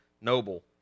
Noble